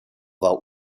war